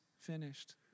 finished